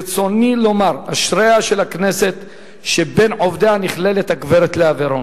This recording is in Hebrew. ברצוני לומר: אשריה של הכנסת שבין עובדיה נכללת הגברת לאה ורון,